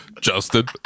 Justin